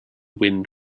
wind